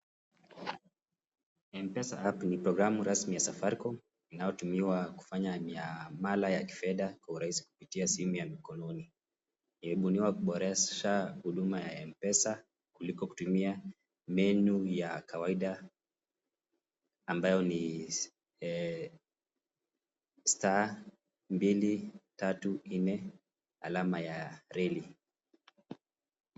Mpesa app ni programu rasmi ya safarikom inayotumiwa kufanya biashara ya kifedha kwa urahisi kutumia simu ya mkononi. Imebuniwa kuboresha huduma ya mpesa kuliko kutumia menyu ya kawaida ambayo ni *234#.